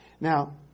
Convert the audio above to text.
Now